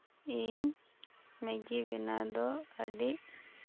ᱤᱧ ᱢᱮᱜᱤ ᱵᱮᱱᱟᱣ ᱫᱚ ᱟᱹᱰᱤ